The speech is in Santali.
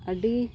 ᱟᱹᱰᱤ